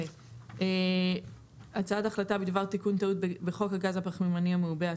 הצעת החלטה בדבר תיקון טעות בחוק הגז הפחמימני המעובה,